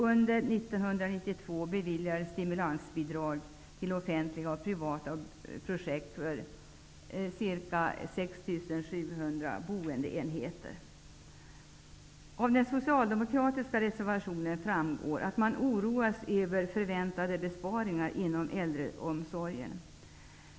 Under 1992 beviljades stimulansbidrag till offentliga och privata projekt som omfattar ca 6 700 Av den socialdemokratiska reservationen framgår att man oroas över förväntade besparingar inom äldreomsorgen.